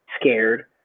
scared